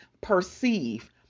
perceive